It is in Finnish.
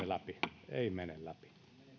läpi ei mene läpi